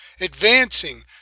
advancing